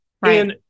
Right